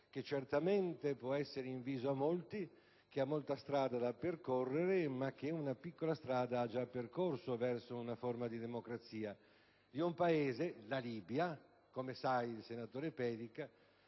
che certamente può essere inviso a molti, che ha molta strada da percorrere, ma che ha già percorso una piccola strada verso una forma di democrazia in un Paese, la Libia, che, come sa il senatore Pedica,